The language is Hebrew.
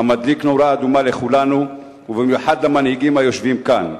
המדליק נורה אדומה לכולנו ובמיוחד למנהיגים היושבים כאן.